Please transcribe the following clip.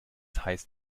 heißt